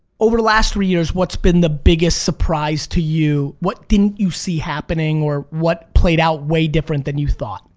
over the last three years what's been the biggest surprise to you? what didn't you see happening or what played out way different than you thought?